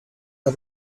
are